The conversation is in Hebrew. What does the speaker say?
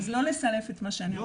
אז לא לסלף את מה שאני אומרת.